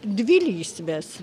dvi lysves